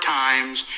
times